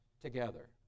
together